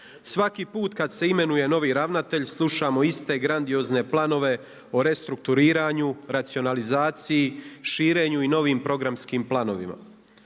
Svaki put kada se imenuje novi ravnatelj slušamo iste grandiozne planove o restrukturiranju, racionalizaciji, širenju i novim programskim planovima.